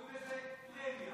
קוראים לזה פרמיה.